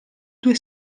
due